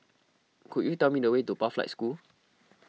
could you tell me the way to Pathlight School